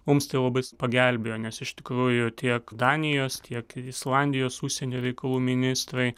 mums tai labai pagelbėjo nes iš tikrųjų tiek danijos tiek islandijos užsienio reikalų ministrai